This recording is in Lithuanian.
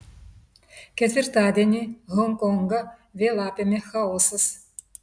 ketvirtadienį honkongą vėl apėmė chaosas